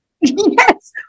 Yes